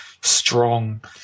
strong